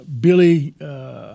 Billy